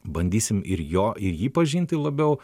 bandysim ir jo ir jį pažinti labiau